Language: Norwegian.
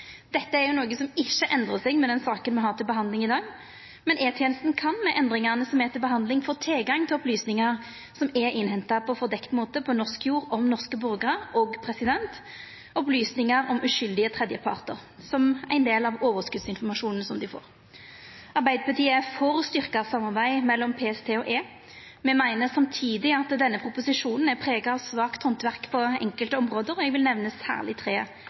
ikkje noko i den saka me har til behandling i dag, men E-tenesta kan med endringane som er til behandling, få tilgang til opplysningar som er innhenta på ein fordekt måte på norsk jord om norske borgarar, og opplysningar om uskuldige tredjepartar, som er ein del av overskotsinformasjonen dei får. Arbeidarpartiet er for eit styrkt samarbeid mellom PST og E. Me meiner samtidig at denne proposisjonen er prega av svakt handverk på enkelte område, og eg vil nemna særleg tre